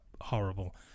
horrible